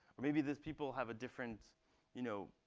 or maybe these people have a different you know